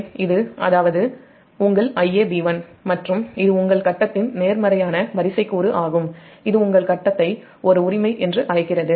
அதாவது உங்கள் Iab1 மற்றும் இது உங்கள் கட்டத்தின் நேர்மறையான வரிசைக் கூறு ஆகும் இது உங்கள் கட்டத்தை ஒரு உரிமை என்று அழைக்கிறது